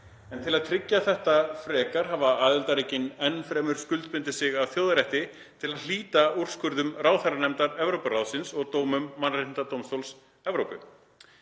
um. Til að tryggja þetta frekar hafa aðildarríkin enn fremur skuldbundið sig að þjóðarétti til að hlíta úrskurðum ráðherranefndar Evrópuráðsins og dómum Mannréttindadómstóls Evrópu.